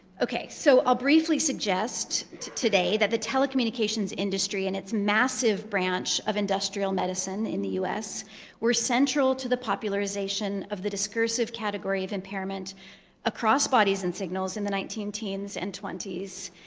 ok, so i'll briefly suggest today that the telecommunications industry and its massive branch of industrial medicine in the us were central to the popularization of the discursive category of impairment across bodies and signals in the nineteen teens and twenty s,